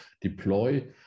deploy